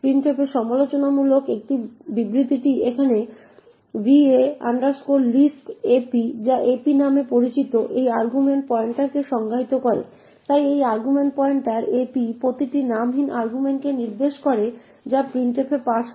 printf এ সমালোচনামূলক এই বিবৃতিটি এখানে va list ap যা ap নামে পরিচিত একটি আর্গুমেন্ট পয়েন্টারকে সংজ্ঞায়িত করে তাই এই আর্গুমেন্ট পয়েন্টার ap প্রতিটি নামহীন আর্গুমেন্টকে নির্দেশ করে যা printf এ পাস করা হয়